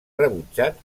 rebutjat